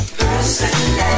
personality